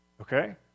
Okay